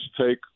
take